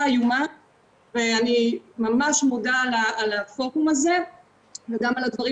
ואני ממש מודה על הפורום הזה וגם על הדברים